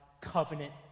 covenant